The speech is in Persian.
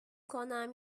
کنم